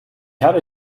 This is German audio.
habe